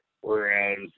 whereas